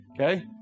okay